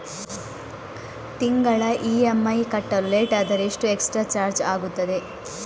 ತಿಂಗಳ ಇ.ಎಂ.ಐ ಕಟ್ಟಲು ಲೇಟಾದರೆ ಎಷ್ಟು ಎಕ್ಸ್ಟ್ರಾ ಚಾರ್ಜ್ ಆಗುತ್ತದೆ?